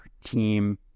team